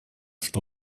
что